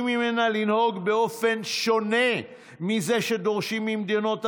ממנה לנהוג באופן שונה מזה שדורשים ממדינות אחרות,